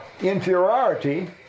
inferiority